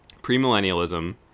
premillennialism